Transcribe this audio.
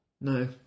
No